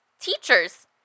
Teachers